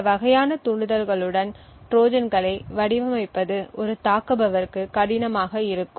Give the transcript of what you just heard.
இந்த வகையான தூண்டுதல்களுடன் ட்ரோஜான்களை வடிவமைப்பது ஒரு தாக்குபவருக்கு கடினமாக இருக்கும்